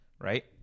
right